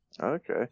okay